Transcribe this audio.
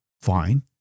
Fine